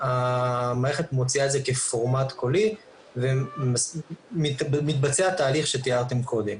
והמערכת מוציאה את זה כפורמט קולי ומתבצע תהליך שתיארתם קודם.